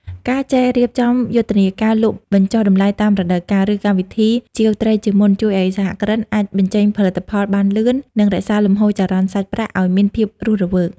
ការចេះរៀបចំយុទ្ធនាការលក់បញ្ចុះតម្លៃតាមរដូវកាល ឬកម្មវិធីជាវត្រីជាមុន ជួយឱ្យសហគ្រិនអាចបញ្ចេញផលិតផលបានលឿន និងរក្សាលំហូរចរន្តសាច់ប្រាក់ឱ្យមានភាពរស់រវើក។